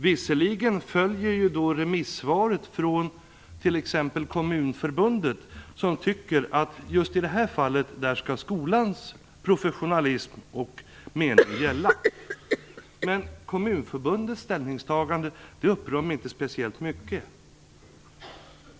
Visserligen följer propositionen remissvaret från t.ex. Kommunförbundet som tycker att just i detta fall skall skolans professionalism och mening gälla. Kommunförbundets ställningstagande upprör mig inte speciellt mycket.